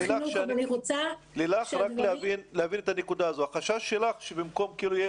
איך זה עובד בפועל מהצד שלכם,